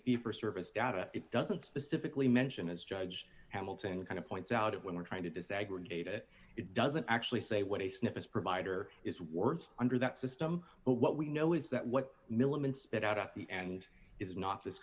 fee for service data it doesn't specifically mention as judge hamilton the kind of points out it when we're trying to desegregate it it doesn't actually say what a sniff is provider is words under that system but what we know is that what milliman spit out at the end is not this